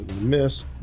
Miss